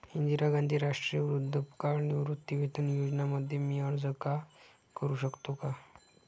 इंदिरा गांधी राष्ट्रीय वृद्धापकाळ निवृत्तीवेतन योजना मध्ये मी अर्ज का करू शकतो का?